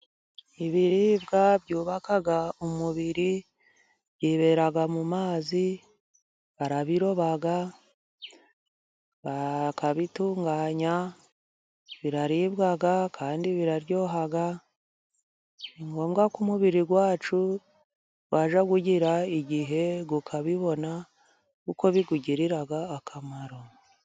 Ibiribwa byubaka umubiri byibera mu mazi, barabiroba, bakabitunganya, biraribwa, kandi biraryoha. Ni ngombwa ko umubiri wacu wajya ugira igihe ukabibona kuko biwugirira akamaro.